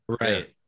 right